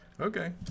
Okay